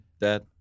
Dad